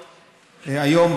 היום,